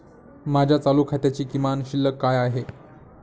माझ्या चालू खात्याची किमान शिल्लक काय आहे?